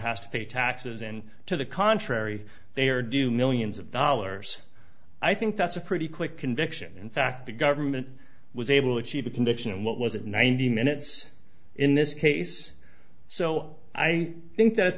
has to pay taxes and to the contrary they are do millions of dollars i think that's a pretty quick conviction in fact the government was able to achieve a conviction and what was it ninety minutes in this case so i think that